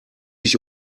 ich